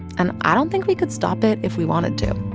and i don't think we could stop it if we wanted to